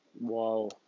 Wow